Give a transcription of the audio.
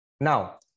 Now